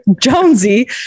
Jonesy